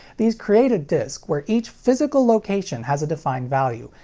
these create a disc where each physical location has a defined value,